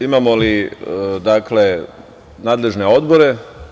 Imamo li nadležne odbore?